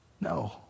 No